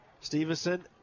Stevenson